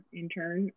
intern